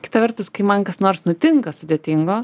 kita vertus kai man kas nors nutinka sudėtingo